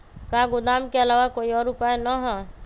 का गोदाम के आलावा कोई और उपाय न ह?